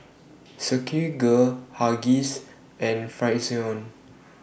Silkygirl Huggies and Frixion